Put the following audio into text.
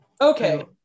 Okay